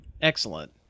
Excellent